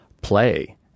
play